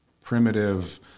primitive